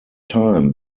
time